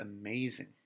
amazing